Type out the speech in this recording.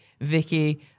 Vicky